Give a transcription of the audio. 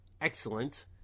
excellent